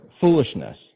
foolishness